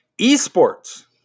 esports